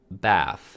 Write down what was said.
bath 、